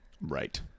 Right